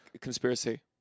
conspiracy